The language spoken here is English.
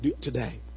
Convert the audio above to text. Today